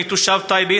אני תושב טייבה,